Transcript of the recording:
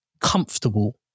comfortable